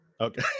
Okay